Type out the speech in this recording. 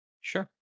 Sure